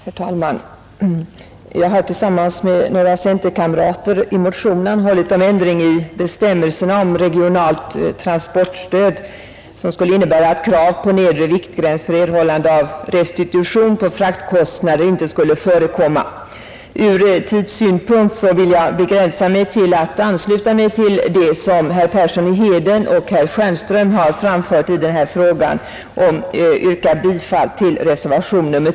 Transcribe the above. Herr talman! Jag har tillsammans med några centerkamrater i en motion anhållit om sådan ändring i bestämmelserna om regionalt transportstöd att krav på nedre viktgräns för erhållande av restitution på fraktkostnader inte skulle förekomma. Ur tidssynpunkt vill jag begränsa mig till att instämma i vad herrar Persson i Heden och Stjernström har anfört i denna fråga och yrka bifall till reservation nr 3.